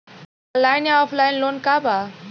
Online या offline loan का बा?